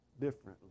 differently